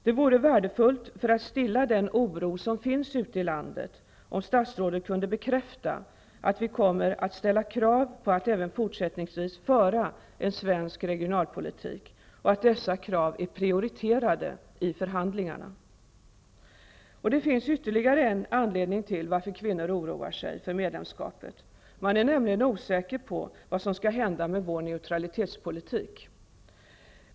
Det vore värdefullt om statsrådet för att stilla den oro som finns ute i landet kunde bekräfta att vi kommer att ställa krav på att även fortsättningsvis föra en svensk regionalpolitik och att dessa krav är prioriterade i förhandlingarna. Det finns ytterligare en anledning till varför kvinnor oroar sig för medlemskapet. Man är nämligen osäker på vad som skall hända med vår neutralitetspolitik.